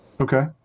Okay